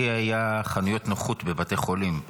לי היו חנויות נוחות בבתי חולים,